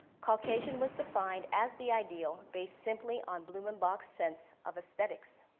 caucasian was defined as the ideal race simply on blumenbach's sense of aesthetics.